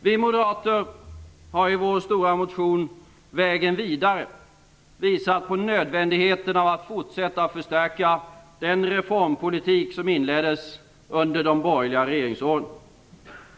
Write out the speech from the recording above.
Vi moderater har i vår stora motion Vägen vidare visat på nödvändigheten av att fortsätta att förstärka den reformpolitik som inleddes under de borgerliga regeringsåren.